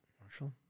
Marshall